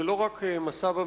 זה לא רק מסע במרחב,